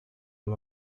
him